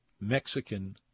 Mexican